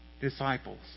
disciples